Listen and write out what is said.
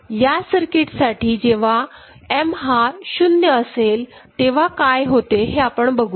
यासर्किटसाठी जेव्हा M हा 0 असेल तेव्हा काय होते ते आपण बघू या